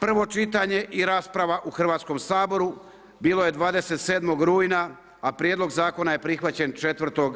Prvo čitanje i rasprava u Hrvatskom saboru bilo je 27. rujna a prijedlog zakona je prihvaćen 4.